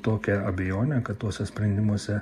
tokią abejonę kad tuose sprendimuose